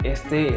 Este